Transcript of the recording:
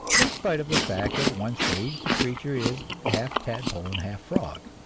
in spite of the fact that at one stage the creature is half tadpole and half frog.